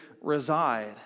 reside